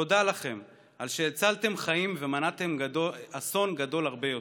תודה לכם על שהצלתם חיים ומנעתם גדול אסון גדול הרבה יותר.